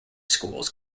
schools